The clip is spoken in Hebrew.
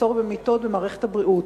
המחסור במיטות במערכת הבריאות.